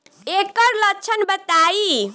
ऐकर लक्षण बताई?